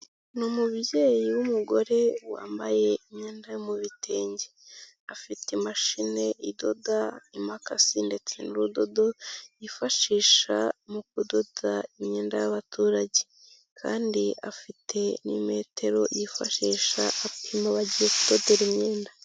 Ni umubyeyi w'umugore wambaye imyenda yo mu bitenge, afite imashini idoda, imakasi ndetse n'urudodo yifashisha mu kudoda imyenda y'abaturage kandi afite n'imetero yifashisha apima abo agiye kudodera imyenda.